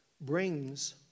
brings